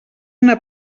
una